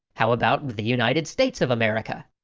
how about the united states of america?